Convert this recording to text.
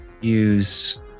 use